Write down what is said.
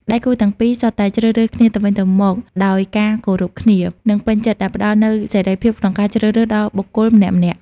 ដៃគូទាំងពីរសុទ្ធតែជ្រើសរើសគ្នាទៅវិញទៅមកដោយ ការគោរពគ្នា និងពេញចិត្ត ដែលផ្តល់នូវ សេរីភាពក្នុងការជ្រើសរើសដល់បុគ្គលម្នាក់ៗ។